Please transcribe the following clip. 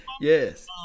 Yes